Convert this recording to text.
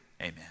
Amen